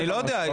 אני לא יודע.